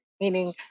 meaning